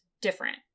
different